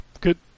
Good